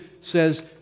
says